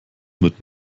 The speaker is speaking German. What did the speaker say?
mit